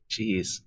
Jeez